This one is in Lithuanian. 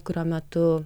kurio metu